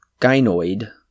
gynoid